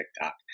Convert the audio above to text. TikTok